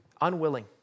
Unwilling